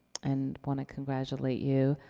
and wanna congratulate you.